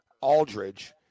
Aldridge